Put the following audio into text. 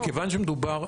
מכיוון שמדובר,